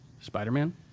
Spider-Man